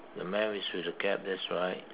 the man is with a cap that's right